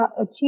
achieve